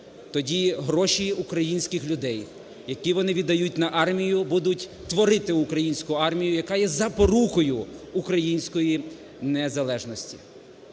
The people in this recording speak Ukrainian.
Тоді гроші українських людей, які вони віддають на армію, будуть творити українську армію, яка є запорукою української незалежності.